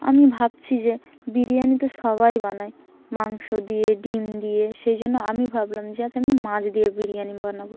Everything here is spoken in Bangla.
আমি ভাবছি যে বিরিয়ানি তো সবাই বানায় মাংস দিয়ে ডিম দিয়ে সেই জন্য আমি ভাবলাম যে আজ আমি মাছ দিয়ে বিরিয়ানি বানাব